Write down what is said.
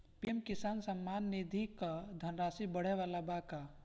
PM Kisan Samman Nidhi क धनराशि बढ़े वाला बा का?